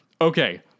Okay